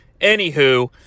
Anywho